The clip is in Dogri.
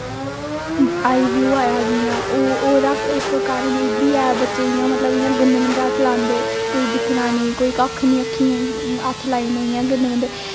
आई फ्लू आए दा हा जियां ओह् ओहदा इक कारण एह् बी है बच्चे इयां मतलब गंदी मंदे हत्थ लांदे कोई दिक्खन आहला नेईं कोई कक्ख नेई अक्खीं हत्थ लाई ओड़ने इयां गदें मंदे